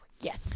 Yes